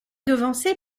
devancé